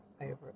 over